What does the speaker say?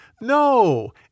No